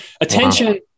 Attention